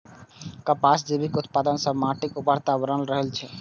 कपासक जैविक उत्पादन सं माटिक उर्वरता बनल रहै छै